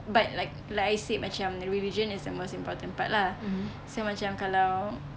but like like I said macam religion is the most important part lah so macam kalau